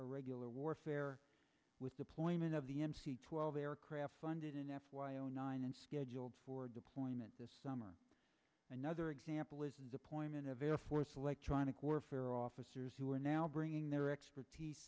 regular warfare with deployment of the mc twelve aircraft funded in f y o nine and scheduled for deployment this summer another example is appointment of a force electronic warfare officers who are now bringing their expertise